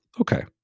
okay